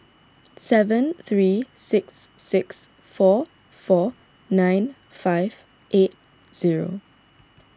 seven three six six four four nine five eight zero